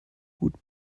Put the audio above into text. gut